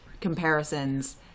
comparisons